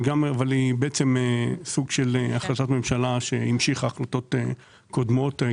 היא סוג של החלטת ממשלה שהמשיכה החלטות קודמות.